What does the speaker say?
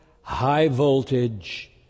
high-voltage